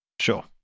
Sure